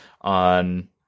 on